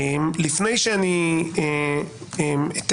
לפני שאני אתן